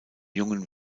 jungen